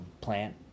plant